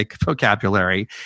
vocabulary